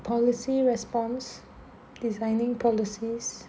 policy response designing policies